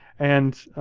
and